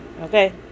okay